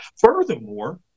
Furthermore